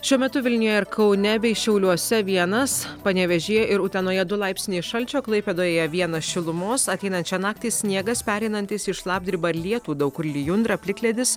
šiuo metu vilniuje ir kaune bei šiauliuose vienas panevėžyje ir utenoje du laipsniai šalčio klaipėdoje vienas šilumos ateinančią naktį sniegas pereinantis į šlapdribą ir lietų daug kur lijundra plikledis